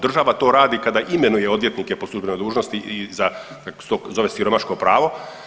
Država to radi kada imenuje odvjetnike po službenoj dužnosti i za kako se to siromaško pravo.